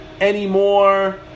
anymore